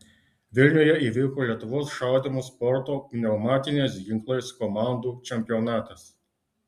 vilniuje įvyko lietuvos šaudymo sporto pneumatiniais ginklais komandų čempionatas